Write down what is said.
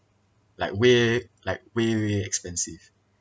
like way like way way expensive